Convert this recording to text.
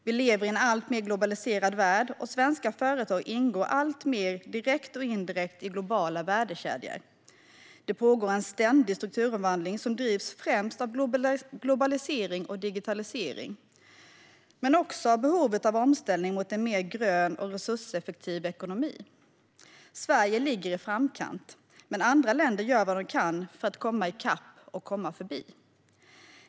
Vi lever i en alltmer globaliserad värld, och svenska företag ingår alltmer direkt och indirekt i globala värdekedjor. Det pågår en ständig strukturomvandling som främst drivs av globalisering och digitalisering men också av behovet av omställning mot en mer grön och resurseffektiv ekonomi. Sverige ligger i framkant, men andra länder gör vad de kan för att komma i kapp och komma förbi.